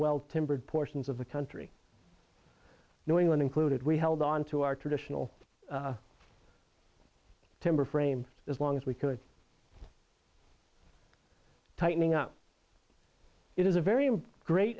well tempered portions of the country new england included we held onto our traditional timber frame as long as we could tightening up it is a very great